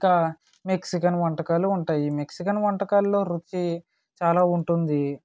ఇంకా మెక్సికన్ వంటకాలు ఉంటాయి ఈ మెక్సికన్ వంటకాల్లో రుచి చాలా ఉంటుంది